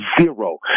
Zero